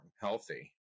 healthy